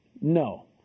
No